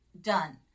done